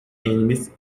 enemies